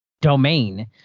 domain